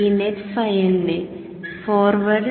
ഈ നെറ്റ് ഫയലിനെ forward